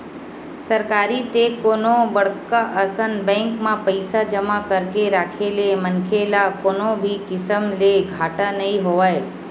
सरकारी ते कोनो बड़का असन बेंक म पइसा जमा करके राखे ले मनखे ल कोनो भी किसम ले घाटा नइ होवय